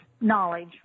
knowledge